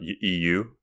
EU